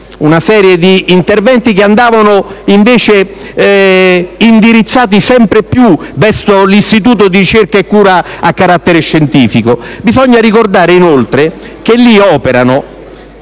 una serie di interventi che andavano invece indirizzati sempre più all'istituto di ricerca e cura a carattere scientifico. Va ricordato, inoltre, che vi operano